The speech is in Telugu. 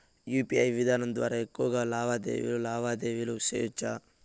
యు.పి.ఐ విధానం ద్వారా ఎక్కువగా లావాదేవీలు లావాదేవీలు సేయొచ్చా?